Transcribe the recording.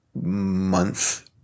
month